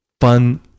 Fun